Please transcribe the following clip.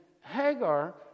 Hagar